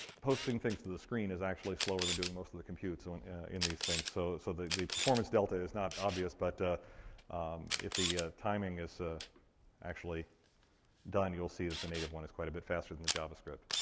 posting things to the screen is actually slower than doing most of the computes so and in these things. so so the the performance delta is not obvious, but if the timing is ah actually done, you'll see that the native one is quite a bit faster than the javascript.